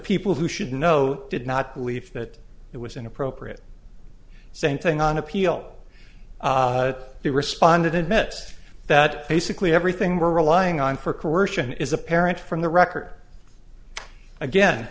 people who should know did not believe that it was inappropriate same thing on appeal he responded admits that basically everything we're relying on for corrosion is apparent from the record again